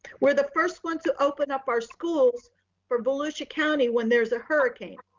we're the first one to open up our schools for belushi county. when there's a hurricane,